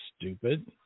stupid